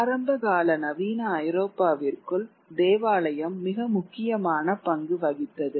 ஆரம்பகால நவீன ஐரோப்பாவிற்குள் தேவாலயம் மிக முக்கியமான பங்கு வகித்தது